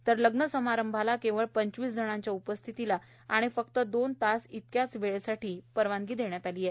तर लग्न समारंभाला केवळ पंचवीस जणांच्या उपस्थितीला आणि फक्त दोन तास इतक्याच वेळेसाठी परवानगी देण्यात आली आहे